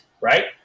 right